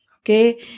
okay